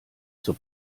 zur